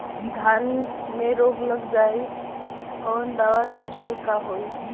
धान में रोग लग जाईत कवन दवा क छिड़काव होई?